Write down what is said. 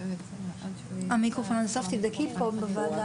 על ארבעה